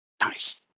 nice